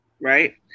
right